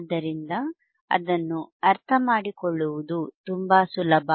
ಆದ್ದರಿಂದ ಅದನ್ನು ಅರ್ಥಮಾಡಿಕೊಳ್ಳುವುದು ತುಂಬಾ ಸುಲಭ